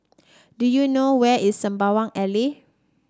do you know where is Sembawang Alley